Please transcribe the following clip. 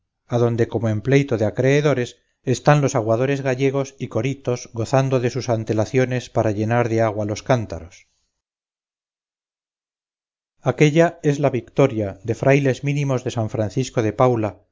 suceso adonde como en pleito de acreedores están los aguadores gallegos y coritos gozando de sus antelaciones para llenar de agua los cántaros aquélla es la victoria de frailes mínimos de san francisco de paula